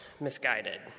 misguided